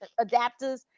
adapters